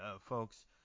folks